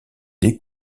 des